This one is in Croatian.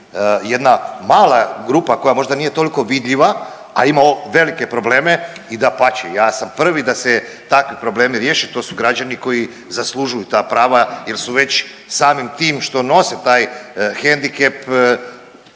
jedna mala grupa koja možda nije toliko vidljiva, a imamo velike probleme. I dapače, ja sam prvi da se takvi problemi riješe. To su građani koji zaslužuju ta prava, jer su već samim tim što nose taj hendikep